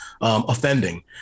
offending